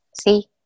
See